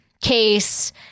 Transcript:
case